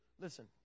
listen